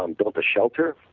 um built a shelter,